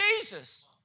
Jesus